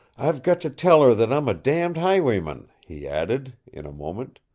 i've got to tell her that i'm a damned highwayman, he added, in a moment.